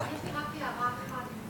יש לי רק הערה אחת, אם